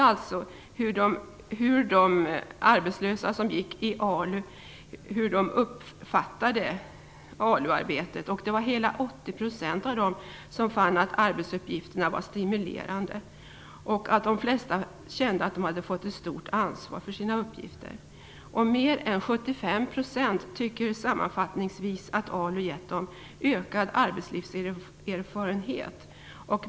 ALU-arbetet, och det var hela 80 % av dem som fann att arbetsuppgifterna var stimulerande. De flesta kände att de fått stort ansvar för sina uppgifter. Mer än 75 % tyckte sammanfattningsvis att ALU gett dem ökad arbetslivserfarenhet.